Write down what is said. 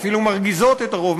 אפילו מרגיזות את הרוב,